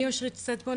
אושרית סטבון,